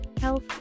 health